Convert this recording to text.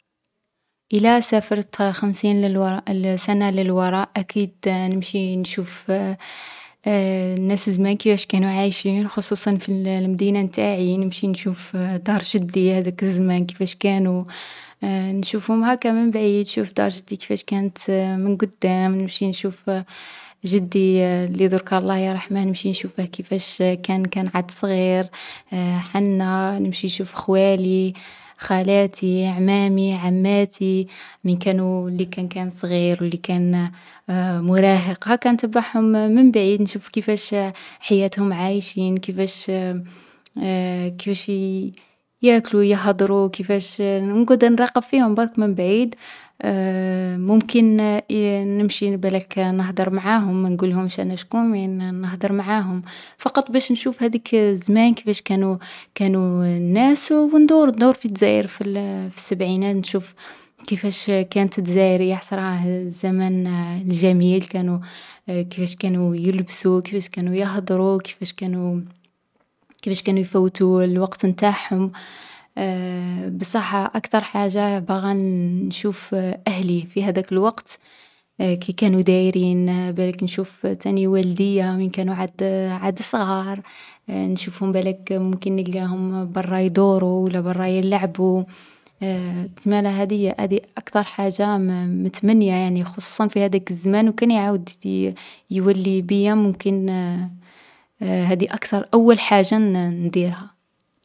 ﻿إلا سافرت خمسين للوراء سنة للوراء، أكيد نمشي نشوف ناس زمان كيفاش كانو عايشين، خصوصا في المدينة نتاعي. نمشي نشوف دار جدي، هاذاك الزمان كيفاش كانو. نشوفهم هاكا من بعيد. نشوف دار جدي كيفاش كانت من قدام، نمشي نشوف جدي اللي ظرك الله يرحمه، نمشي نشوفه كيفاش كان كان عاد صغير. حنة نمشي نشوف خوالي، خالاتي، عمامي، عماتي مين كانوا اللي كان كان صغير واللي كان مراهق. هكا نتبعهم من بعيد، نشوف كيفاش حياتهم عايشين كيفاش كيفاش يأكلوا يهدروا، كيفاش نقعد نراقب فيهم برك من بعيد. ممكن نمشي ن-بالاك نهدر معاهم، نقولهمش أنا شكون، مي نهدر معاهم. فقط باش نشوف هذيك الزمان كيفاش كانوا كانوا الناس وندور ندور في دزاير في السبعينات، نشوف كيفاش كانت دزاير يا حصراه الزمن الجميل. كانوا كيفاش كانوا يلبسوا، كيفاش كانوا يهدروا، كيفاش كانوا يفوتوا الوقت نتاحهم. بصح أكتر حاجة بغن نشوف أهلي في هداك الوقت، كي كانوا دايرين بالاك نشوف ثاني والديا من كانوا عاد عاد صغار. نشوفهم بالاك ممكن نلقاهم برا يدوروا ولا برا يلعبوا تمالة هذية هذي أكتر حاجة م-متمنية يعني خصوصا في هاذاك الزمان وكان يعود ي-يولي بيا ممكن هذي أكتر أول حاجة ن-نديرها.